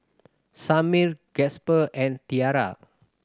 Samir Gasper and Tiara